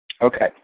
Okay